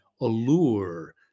allure